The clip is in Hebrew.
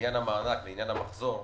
לעניין המענק, לעניין המחזור,